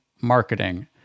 marketing